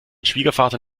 schwiegervater